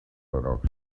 rocks